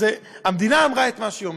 אבל המדינה אמרה את מה שהיא אומרת.